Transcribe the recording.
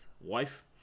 wife